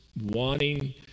wanting